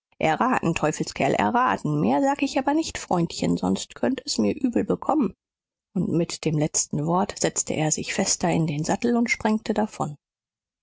teufelskerl erraten mehr sag ich aber nicht freundchen sonst könnt es mir übel bekommen und mit dem letzten wort setzte er sich fester in den sattel und sprengte davon